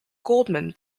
goldman